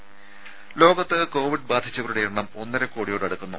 രുമ ലോകത്ത് കോവിഡ് ബാധിച്ചവരുടെ എണ്ണം ഒന്നര കോടിയോടടുക്കുന്നു